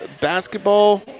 basketball